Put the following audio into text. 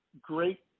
great